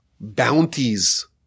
bounties